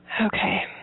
Okay